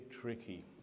tricky